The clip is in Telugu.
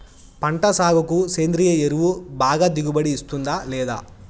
పంట సాగుకు సేంద్రియ ఎరువు బాగా దిగుబడి ఇస్తుందా లేదా